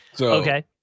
Okay